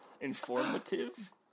Informative